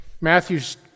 Matthew's